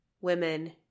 women